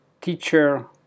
teacher